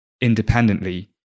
independently